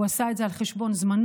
הוא עשה את זה על חשבון זמנו,